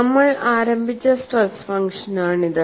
നമ്മൾ ആരംഭിച്ച സ്ട്രെസ് ഫംഗ്ഷനാണിത്